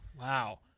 Wow